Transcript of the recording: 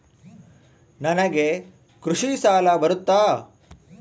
ನನಗೆ ಕೃಷಿ ಸಾಲ ಬರುತ್ತಾ?